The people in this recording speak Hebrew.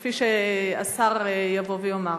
כפי שהשר יבוא ויאמר.